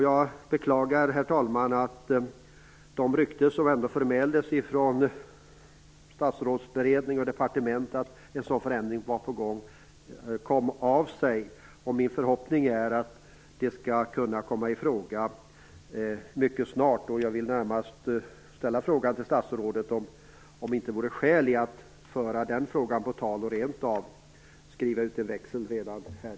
Jag beklagar, herr talman, att ryktena från statsrådsberedning och departement om att en sådan förändring var på gång kom av sig. Min förhoppning är att det här skall kunna komma i fråga mycket snart. Jag vill fråga statsrådet om det inte finns skäl att föra denna fråga på tal och rent av skriva ut en växel här i kväll.